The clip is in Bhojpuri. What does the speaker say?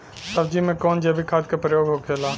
सब्जी में कवन जैविक खाद का प्रयोग होखेला?